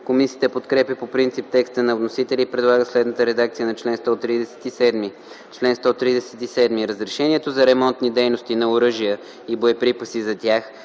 Комисията подкрепя по принцип текста на вносителя и предлага следната редакция на чл. 137: „Чл. 137. Разрешението за ремонтни дейности на оръжие и боеприпаси за тях